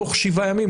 תוך שבעה ימים,